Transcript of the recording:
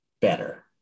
better